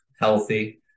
healthy